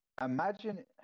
imagine